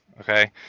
okay